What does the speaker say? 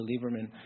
Lieberman